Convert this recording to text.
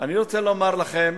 אני רוצה לומר לכם